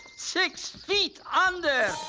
six feet under!